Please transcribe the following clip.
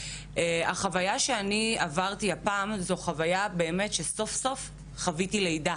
החוויה שעברתי הפעם היא שסוף סוף חוויתי לידה.